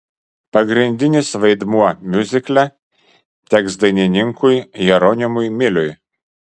pagrindinis vaidmuo miuzikle teks dainininkui jeronimui miliui